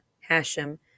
Hashem